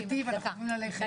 ואנחנו חייבים לגרום לאנשים,